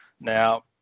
Now